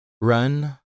run